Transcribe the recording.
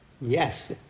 Yes